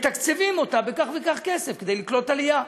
מתקצבים אותה בכך וכך כסף כדי לקלוט עלייה.